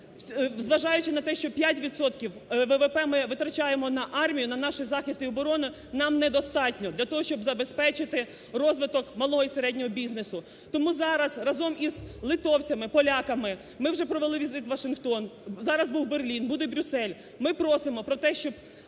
зважаючи, що 5 відсотків ВВП ми витрачаємо на армію, на наш захист і оборону, нам недостатньо для того, щоб забезпечити розвиток малого і середнього бізнесу. Тому зараз разом з литовцями, поляками, ми вже провели візит у Вашингтон, зараз був Берлін, буде Брюссель, ми просимо про те, щоб